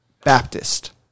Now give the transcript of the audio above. Baptist